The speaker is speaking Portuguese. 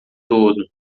todo